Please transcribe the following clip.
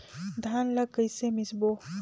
धान ला कइसे मिसबो?